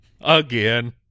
Again